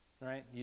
Right